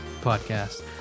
podcast